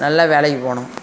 நல்ல வேலைக்கு போகணும்